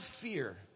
fear